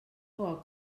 coca